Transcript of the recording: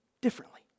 differently